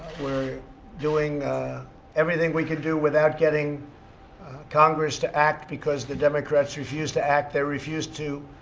we're doing everything we can do without getting congress to act because the democrats refuse to act. they refuse to